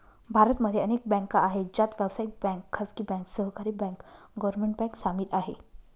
भारत मध्ये अनेक बँका आहे, ज्यात व्यावसायिक बँक, खाजगी बँक, सहकारी बँक, गव्हर्मेंट बँक सामील आहे